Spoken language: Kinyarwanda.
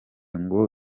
ngo